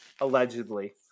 allegedly